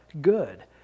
good